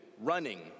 running